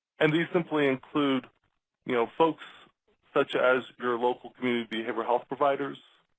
and these simply include you know folks such as your local community behavioral health providers,